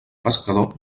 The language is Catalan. pescador